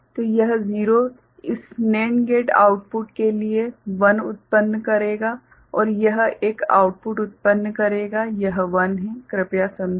तो यह 0 इस NAND गेट आउटपुट के लिए 1 उत्पन्न करेगा और यह एक आउटपुट उत्पन्न करेगा यह 1 है कृपया समझें